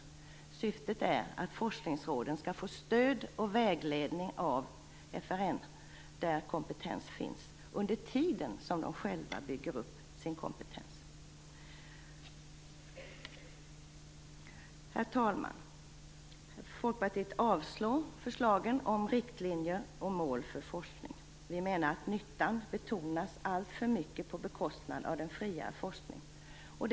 Syftet med Folkpartiets förslag är att forskningsråden skall få stöd och vägledning av FRN, där kompetens finns, under tiden de själva bygger upp sin kompetens. Herr talman! Vi i Folkpartiet avslår förslagen om riktlinjer och mål för forskningen. Vi menar att nyttan betonas alltför mycket på bekostnad av den fria forskningen.